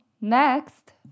next